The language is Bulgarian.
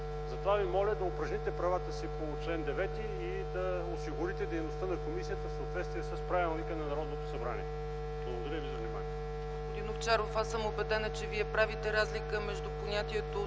Затова Ви моля да упражните правата си по чл. 9 и да осигурите дейността на комисията в съответствие с Правилника на Народното събрание. Благодаря ви за вниманието.